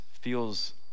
feels